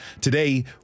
Today